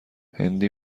هندی